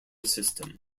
system